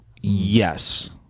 Yes